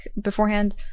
beforehand